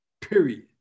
period